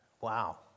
Wow